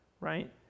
right